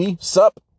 sup